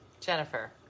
Jennifer